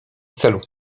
celu